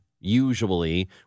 usually